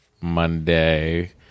Monday